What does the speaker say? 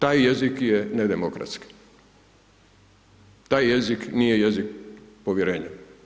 Taj jezik je nedemokratski, taj jezik nije jezik povjerenja.